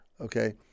okay